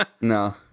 no